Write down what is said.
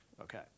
okay